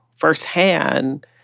Firsthand